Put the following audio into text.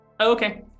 okay